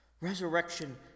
Resurrection